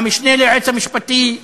המשנה ליועץ המשפטי.